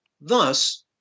Thus